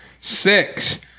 six